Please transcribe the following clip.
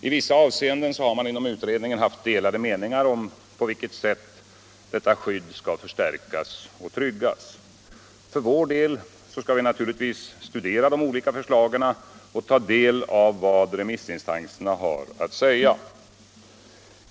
I vissa avseenden har man inom utredningen haft delade meningar om på vilket sätt detta skydd skall förstärkas och tryggas. Vi skall naturligtvis för vår del studera de olika förslagen och ta del av vad remissinstanserna har att säga.